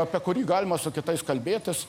apie kurį galima su kitais kalbėtis